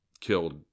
killed